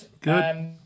Good